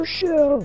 show